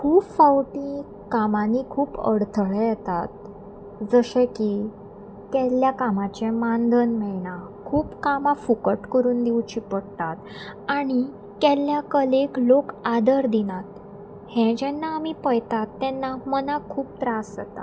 खूब फावटी कामांनी खूब अडथळे येतात जशें की केल्ल्या कामाचें मानधन मेळना खूब कामां फुकट करून दिवची पडटात आनी केल्ल्या कलेक लोक आदर दिनात हें जेन्ना आमी पळयतात तेन्ना मनाक खूब त्रास जाता